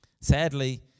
Sadly